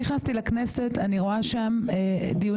מרגע שנכנסתי לכנסת אני רואה שם דיונים